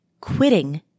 quitting